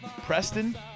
Preston